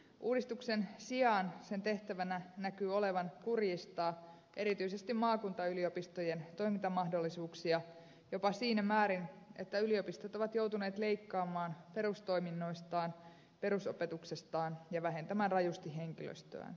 uudistuksen sijaan sen tehtävänä näkyy olevan kurjistaa erityisesti maakuntayliopistojen toimintamahdollisuuksia jopa siinä määrin että yliopistot ovat joutuneet leikkaamaan perustoiminnoistaan perusopetuksestaan ja vähentämään rajusti henkilöstöään